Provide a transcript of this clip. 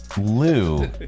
lou